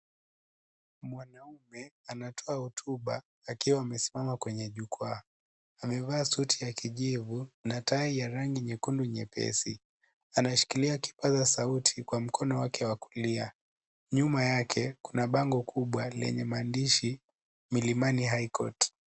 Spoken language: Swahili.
Mwanaume anatoa hotuba akiwa amesimama kwenye jukwa, amevaa suti ya kijivu na tai ya rangi nyekundu nyepesi. Anashikilia kipasa sauti kwa mkono wake wa kulia. Nyuma yake Kuna bango kubwa lenye maandishi Milimani High Court.